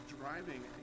driving